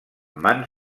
mans